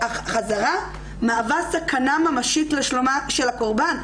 שהחזרה מהווה סכנה ממשית לשלומו של הקורבן,